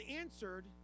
answered